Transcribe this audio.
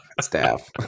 Staff